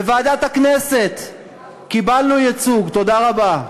בוועדת הכנסת קיבלנו ייצוג, תודה רבה.